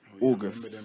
August